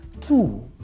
two